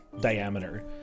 diameter